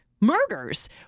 murders